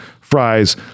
fries